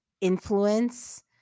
influence